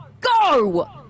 go